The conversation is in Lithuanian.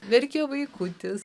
verkė vaikutis